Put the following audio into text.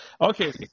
Okay